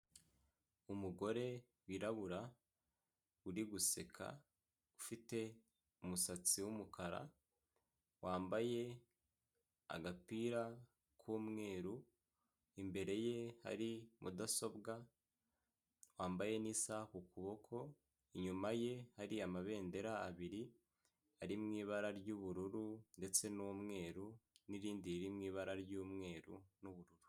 Umugore wirabura uri guseka ufite umusatsi w'umukara wambaye agapira k'umweru imbere ye hari mudasobwa wambaye nisaha ku kuboko inyuma ye hari amabendera abiri ari mu ibara ry'ubururu ndetse n'umweru n'irindi riri mu ibara ry'umweru n'ubururu.